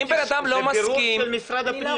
אם בן אדם לא מסכים --- זה בירור של משרד הפנים,